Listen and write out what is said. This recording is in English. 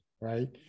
right